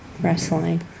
wrestling